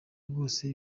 rwose